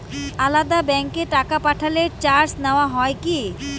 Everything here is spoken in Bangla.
আলাদা ব্যাংকে টাকা পাঠালে চার্জ নেওয়া হয় কি?